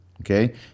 okay